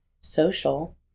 social